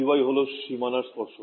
ছাত্রঃ Ey হল সীমানার স্পর্শক